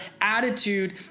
attitude